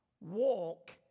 walk